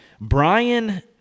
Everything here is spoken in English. Brian